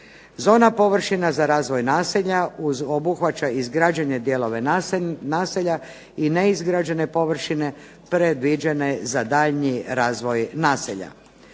Zona površina za razvoj naselja obuhvaća izgrađene dijelove naselja i neizgrađene površine predviđene za daljnji razvoj naselja.